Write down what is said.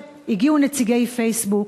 הגיעו נציגי פייסבוק,